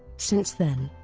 since then,